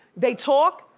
they talk,